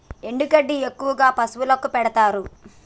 ఎండు గడ్డి ఎక్కువగా పశువులకు పెడుతారు